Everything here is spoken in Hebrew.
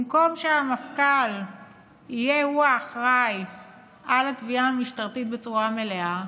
במקום שהמפכ"ל יהיה האחראי על התביעה המשטרתית בצורה מלאה,